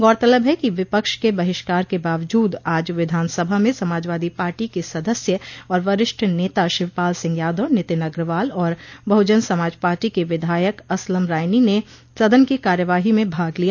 गौरतलब है कि विपक्ष के बहिष्कार के बावजुद आज विधानसभा में समाजवादी पार्टी के सदस्य और वरिष्ठ नेता शिवपाल सिंह यादव नितिन अग्रवाल और बहजन समाज पार्टी के विधायक असलम रायनी ने सदन की कार्यवाही में भाग लिया